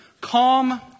calm